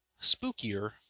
spookier